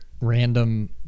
random